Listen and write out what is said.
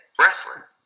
wrestling